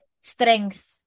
strength